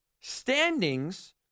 Standings